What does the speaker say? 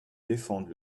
défendre